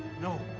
No